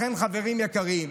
לכן, חברים יקרים,